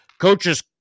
Coaches